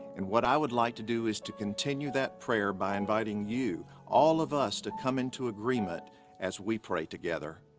and what i would like to do is to continue that prayer by inviting you, all of us, to come into agreement as we pray together.